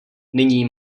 nyní